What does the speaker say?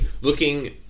Looking